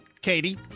Katie